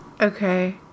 Okay